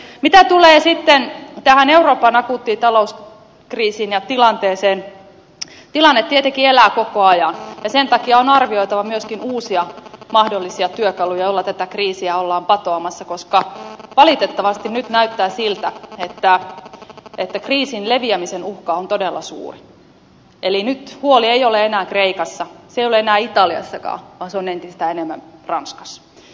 mitä tulee sitten tähän euroopan akuuttiin talouskriisiin ja tilanteeseen tilanne tietenkin elää koko ajan ja sen takia on arvioitava myöskin uusia mahdollisia työkaluja joilla tätä kriisiä ollaan patoamassa koska valitettavasti nyt näyttää siltä että kriisin leviämisen uhka on todella suuri eli nyt huoli ei ole enää kreikassa se ei ole enää italiassakaan vaan se on entistä enemmän ranskassa